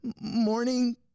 morning